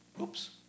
Oops